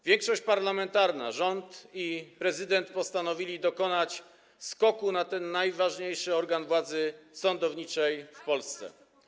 Większość parlamentarna, rząd i prezydent postanowili dokonać skoku na ten najważniejszy organ władzy sądowniczej w Polsce.